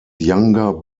younger